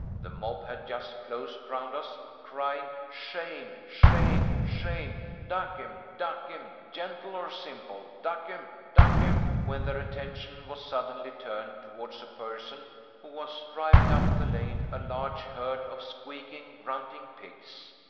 the mob had just closed round us, crying, shame! shame! shame duck em duck em gentle or simple duck em duck em' when their attention was suddenly turned towards a person who was driving up the lane a large herd of squeaking, grunting pigs.